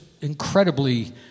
incredibly